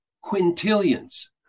quintillions